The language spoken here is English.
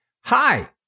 Hi